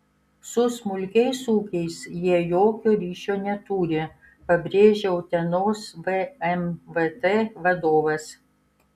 su smulkiais ūkiais jie jokio ryšio neturi pabrėžė utenos vmvt vadovas